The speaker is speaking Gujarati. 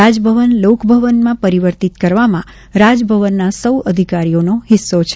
રાજભવન લોકભવનમાં પરિવર્તિત કરવામાં રાજભવનના સૌ અધિકારીઓનો હિસ્સો છે